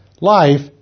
Life